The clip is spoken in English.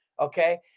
okay